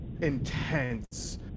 intense